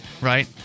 right